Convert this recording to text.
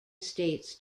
states